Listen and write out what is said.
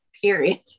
period